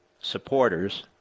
supporters